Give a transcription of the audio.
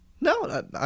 No